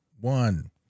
one